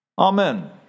Amen